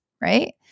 right